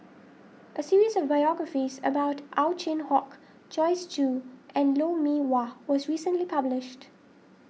a series of biographies about Ow Chin Hock Joyce Jue and Lou Mee Wah was recently published